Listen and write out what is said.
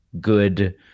good